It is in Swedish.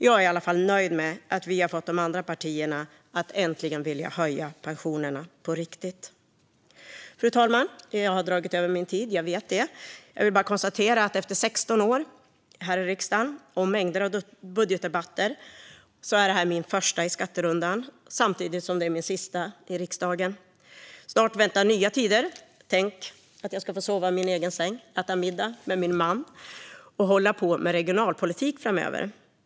Jag är i alla fall nöjd med att vi har fått de andra partierna att äntligen vilja höja pensionerna på riktigt. Fru talman! Efter 16 år i riksdagen och mängder av budgetdebatter är detta samtidigt min första i skatterundan och min sista i riksdagen. Snart väntar nya tider för mig. Tänk att jag ska få sova i min egen säng, äta middag med min man och hålla på med regionalpolitik framöver!